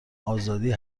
آزادی